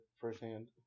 firsthand